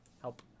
Help